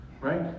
Right